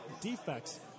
defects